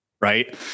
right